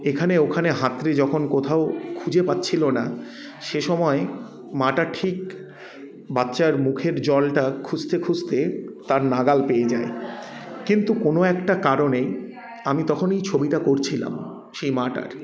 এখানে ওখানে হাতড়ে যখন কোথাও খুঁজে পাচ্ছিল না সেসময় মাটা ঠিক বাচ্চার মুখের জলটা খুঁজতে খুঁজতে তার নাগাল পেয়ে যায় কিন্তু কোনও একটা কারণে আমি তখনই ছবিটা করছিলাম সেই মাটার